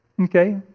Okay